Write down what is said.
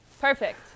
perfect